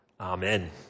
Amen